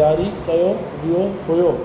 ज़ारी कयो वियो हुयो